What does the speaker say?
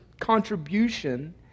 contribution